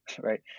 right